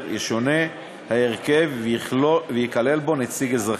ישונה ההרכב וייכלל בו נציג אזרחי.